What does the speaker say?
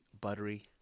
buttery